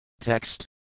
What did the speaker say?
Text